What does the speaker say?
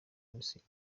misiri